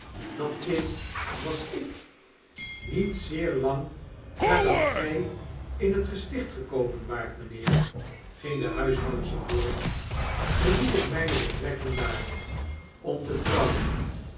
dat kind wasik met zeer lang nadat gij in het gesticht gekomen waart mijnheer ging de huishoudster voort verliet ik myne betrekking daar om te trouwen